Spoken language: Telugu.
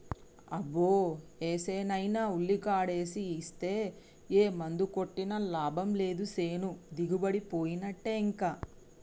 అబ్బో ఏసేనైనా ఉల్లికాడేసి ఇస్తే ఏ మందు కొట్టినా లాభం లేదు సేను దిగుబడిపోయినట్టే ఇంకా